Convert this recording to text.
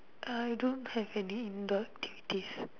I don't have any indoor activities